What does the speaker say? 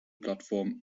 plattform